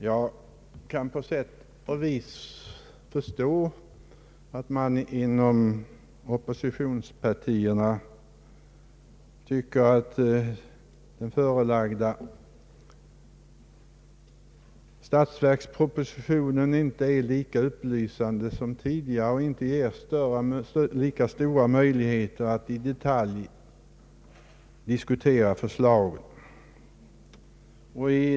Jag kan på sätt och vis förstå att man inom oppositionspartierna tycker att den förelagda statsverkspropositionen inte är lika upplysande som tidigare års och inte ger lika stora möjligheter att i detalj diskutera förslagen.